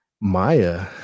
Maya